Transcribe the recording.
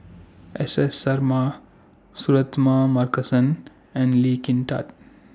S S Sarma Suratman Markasan and Lee Kin Tat